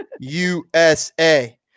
USA